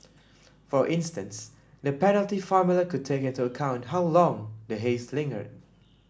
for instance the penalty formula could take into account how long the haze lingered